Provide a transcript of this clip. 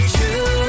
True